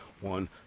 one